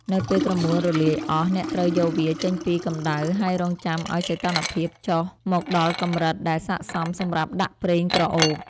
នៅពេលក្រមួនរលាយអស់ អ្នកត្រូវយកវាចេញពីកម្ដៅ ហើយរង់ចាំឱ្យសីតុណ្ហភាពចុះមកដល់កម្រិតដែលស័ក្តិសមសម្រាប់ដាក់ប្រេងក្រអូប។